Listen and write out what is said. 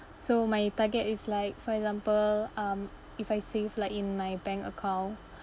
so my target is like for example um if I save like in my bank account